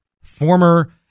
former